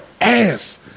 ass